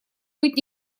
быть